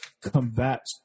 combat